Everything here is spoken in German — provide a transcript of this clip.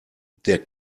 der